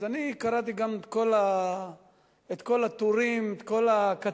אז אני קראתי גם את כל הטורים, את כל הכתבות.